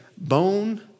Bone